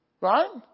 Right